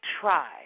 try